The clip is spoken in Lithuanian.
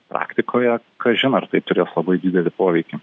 praktikoje kažin ar tai turės labai didelį poveikį